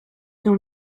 dans